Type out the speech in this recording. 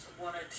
wanted